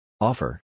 Offer